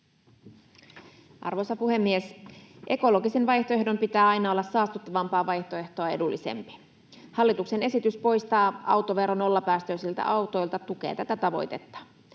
Arvoisa puhemies! Ekologisen vaihtoehdon pitää aina olla saastuttavampaa vaihtoehtoa edullisempi. Hallituksen esitys poistaa autovero nollapäästöisiltä autoilta tukee tätä tavoitetta.